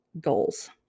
goals